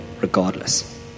regardless